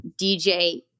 DJ